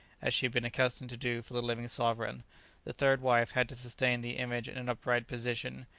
as she had been accustomed to do for the living sovereign the third wife had to sustain the image in an upright position,